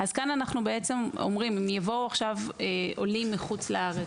אז כאן אנחנו אומרים שאם יבואו עכשיו עולים מחוץ לארץ